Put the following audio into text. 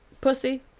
Pussy